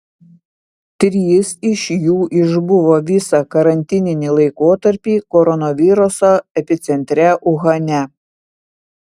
trys iš jų išbuvo visą karantininį laikotarpį koronaviruso epicentre uhane